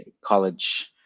college